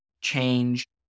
change